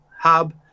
Hub